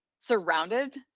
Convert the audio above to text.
surrounded